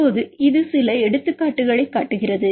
இப்போது இது சில எடுத்துக்காட்டுகளைக் காட்டுகிறது